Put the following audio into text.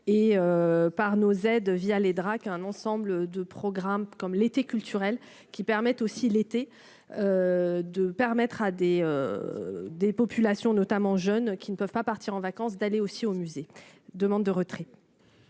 et par nos aides via les Drac, un ensemble de programmes comme l'été culturel qui permet aussi l'été, de permettre à des des populations, notamment jeunes, qui ne peuvent pas partir en vacances, d'aller aussi au musée : demande de retrait.